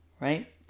right